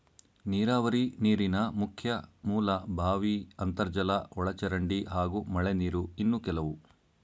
ನೀರಾವರಿ ನೀರಿನ ಮುಖ್ಯ ಮೂಲ ಬಾವಿ ಅಂತರ್ಜಲ ಒಳಚರಂಡಿ ಹಾಗೂ ಮಳೆನೀರು ಇನ್ನು ಕೆಲವು